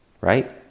right